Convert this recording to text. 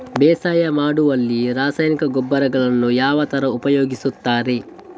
ಬೇಸಾಯ ಮಾಡುವಲ್ಲಿ ರಾಸಾಯನಿಕ ಗೊಬ್ಬರಗಳನ್ನು ಯಾವ ತರ ಉಪಯೋಗಿಸುತ್ತಾರೆ?